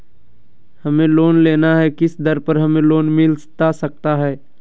हमें लोन लेना है किस दर पर हमें लोन मिलता सकता है?